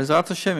בעזרת השם,